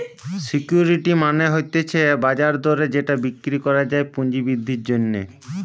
security মানে হতিছে বাজার দরে যেটা বিক্রি করা যায় পুঁজি বৃদ্ধির জন্যে